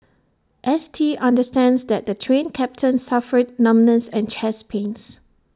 S T understands that the Train Captain suffered numbness and chest pains